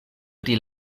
pri